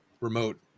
remote